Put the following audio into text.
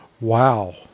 Wow